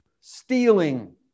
stealing